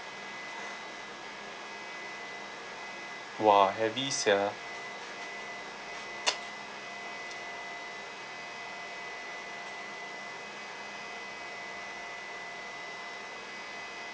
!wah! heavy sia